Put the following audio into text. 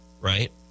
right